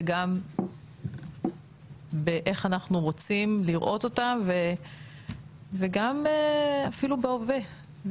גם איך אנחנו רוצים לראות אותם וגם אפילו בהווה.